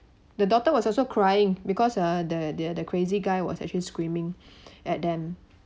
the daughter was also crying because ah the the the crazy guy was actually screaming at them